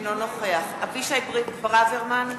אינו נוכח אבישי ברוורמן,